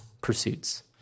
pursuits